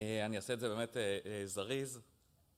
אני אעשה את זה באמת זריז